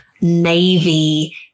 navy